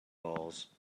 balls